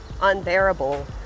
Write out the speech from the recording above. unbearable